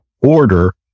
order